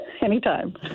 Anytime